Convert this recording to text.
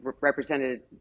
represented